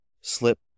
slip